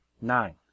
Nine